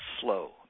slow